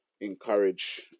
Encourage